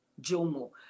Jomo